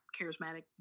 charismatic